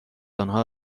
آنها